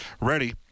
ready